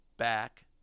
back